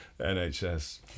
NHS